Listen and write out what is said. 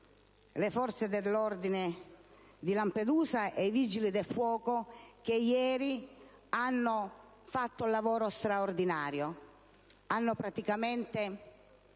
le forze dell'ordine di Lampedusa e i vigili del fuoco, che ieri hanno fatto un lavoro straordinario (sono riusciti